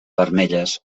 vermelles